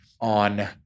on